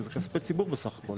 אלו כספי ציבור בסך הכל,